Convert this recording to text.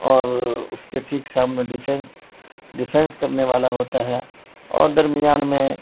اور اس کے ٹھیک سامنے ڈیفینس ڈیفینس کرنے والا ہوتا ہے اور درمیان میں